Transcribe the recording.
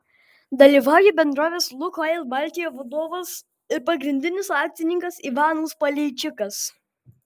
dalyvauja bendrovės lukoil baltija vadovas ir pagrindinis akcininkas ivanas paleičikas